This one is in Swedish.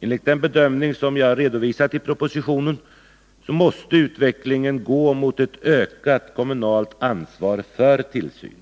Enligt den bedömning som jag redovisat i propositionen måste utvecklingen gå mot ett ökat kommunalt ansvar för tillsynen.